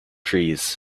trees